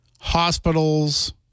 hospitals